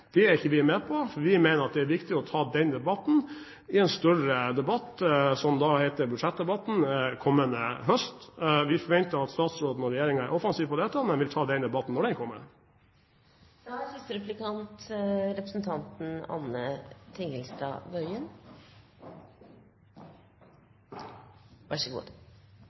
Det er ikke vi med på, for vi mener at det er viktig å ta den debatten i en større sammenheng, nemlig budsjettdebatten, kommende høst. Vi forventer at statsråden og regjeringen er offensive på dette og vil ta den debatten når den kommer. Jeg synes det er